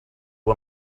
you